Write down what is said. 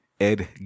Ed